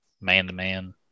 man-to-man